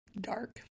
dark